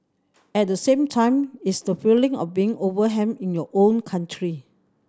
at the same time it's the feeling of being overwhelmed in your own country